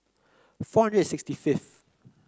four hundred and sixty fifth